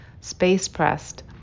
space-pressed